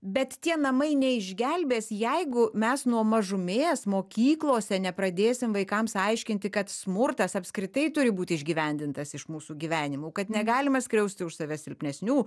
bet tie namai neišgelbės jeigu mes nuo mažumės mokyklose nepradėsim vaikams aiškinti kad smurtas apskritai turi būti išgyvendintas iš mūsų gyvenimų kad negalima skriausti už save silpnesnių